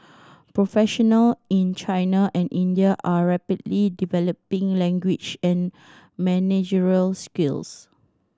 professional in China and India are rapidly developing language and managerial skills